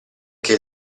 che